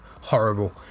horrible